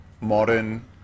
modern